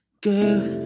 Girl